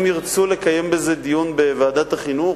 אם ירצו לקיים בזה דיון בוועדת החינוך,